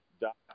dot